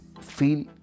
feel